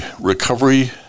recovery